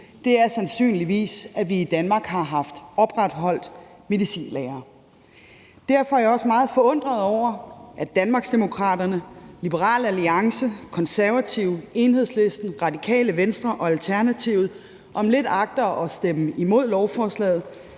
nu, er sandsynligvis, at vi i Danmark har haft opretholdt medicinlagre. Derfor er jeg også meget forundret over, at Danmarksdemokraterne, Liberal Alliance, Konservative, Enhedslisten, Radikale Venstre og Alternativet om lidt agter at stemme imod lovforslaget